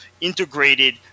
integrated